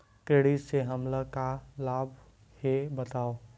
Credit से हमला का लाभ हे बतावव?